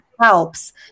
helps